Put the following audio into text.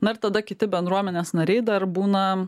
na ir tada kiti bendruomenės nariai dar būna